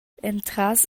entras